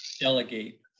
delegate